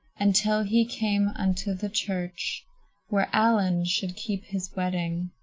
until he came unto the church where allen should keep his weddin'.